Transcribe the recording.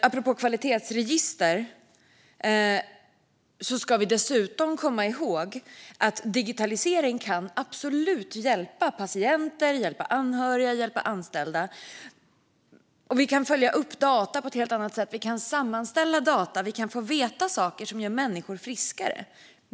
Apropå kvalitetsregister är det så att digitalisering absolut kan hjälpa patienter, anhöriga och anställda. Vi kan följa upp data på ett helt annat sätt. Vi kan sammanställa data. Vi kan få veta saker som gör människor friskare.